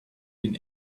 been